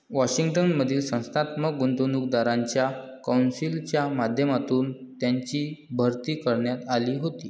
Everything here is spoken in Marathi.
वॉशिंग्टन मधील संस्थात्मक गुंतवणूकदारांच्या कौन्सिलच्या माध्यमातून त्यांची भरती करण्यात आली होती